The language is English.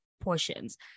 portions